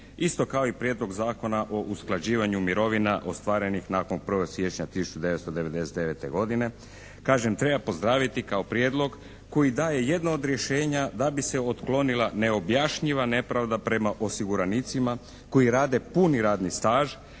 isto kao i Prijedlog zakona o usklađivanju mirovina ostvarenih nakon 1. siječnja 1999. godine. Kažem treba pozdraviti kao prijedlog koji daje jedno od rješenja da bi se otklonila neobjašnjiva nepravda prema osiguranicima koji rade puni radni staž